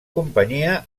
companyia